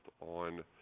on